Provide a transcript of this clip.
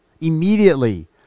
immediately